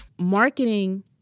Marketing